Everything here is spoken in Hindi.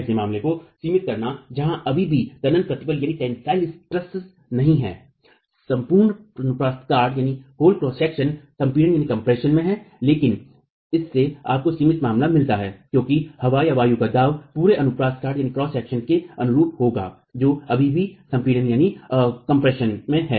ऐसे मामले को सीमित करना जहां अभी भी तनन प्रतिबल नहीं है संपूर्ण अनुप्रस्थ काट संपीडन में है लेकिन इससे आपको सिमित मामला मिलता है क्योकि हवा का दाब पूरे अनुप्रस्थ काट के अनुरूप होगा जो अभी भी संपीडन में है